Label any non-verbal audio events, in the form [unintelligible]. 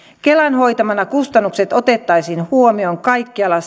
kelan hoitamina kustannukset otettaisiin huomioon kaikkialla [unintelligible]